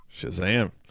shazam